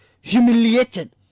humiliated